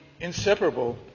inseparable